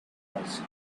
hookahs